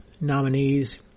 nominees